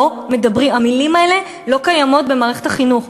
לא מדברים, המילים האלה לא קיימות במערכת החינוך.